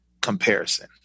comparison